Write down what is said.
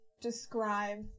describe